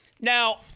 Now